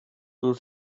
grow